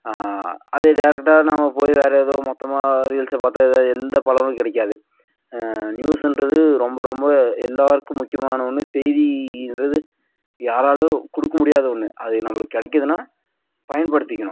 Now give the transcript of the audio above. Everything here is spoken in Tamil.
அதே டேரெக்ட்டாக நாம் போய் வேறு ஏதுவும் மொத்தமாக நிகழ்ச்சியை பார்த்தா அதுதான் எந்த பலனும் கிடைக்காது நியூஸ் என்றது ரொம்ப ரொம்ப எல்லோருக்கும் முக்கியமான ஒன்று செய்தின்றது யாராலும் கொடுக்க முடியாத ஒன்று அது நம்மளுக்கு கிடைக்குதுனா பயன்படுத்திக்கணும்